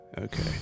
okay